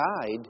died